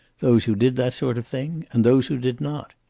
those who did that sort of thing, and those who did not.